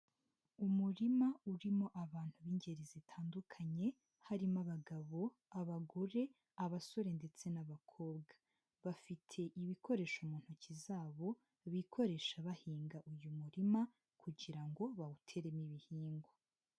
Umurima urimo abantu b'ingeri zitandukanye, harimo abagabo, abagore, abasore ndetse n'abakobwa, bafite ibikoresho mu ntoki zabo bikoresha bahinga uyu murima kugira ngo bawuteremo ibihingwa.